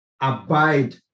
abide